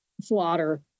slaughter